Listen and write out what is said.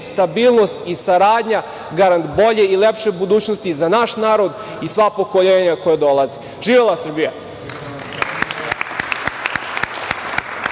stabilnost i saradnja garant bolje i lepše budućnosti za naš narod i sva pokolenja koja dolaze. Živela Srbija!